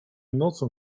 nocą